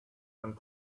and